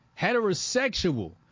Heterosexual